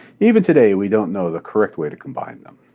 even today, we don't know the correct way to combine them.